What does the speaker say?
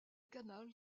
canal